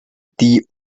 die